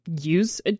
use